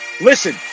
Listen